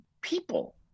people